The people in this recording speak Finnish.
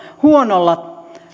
huonolla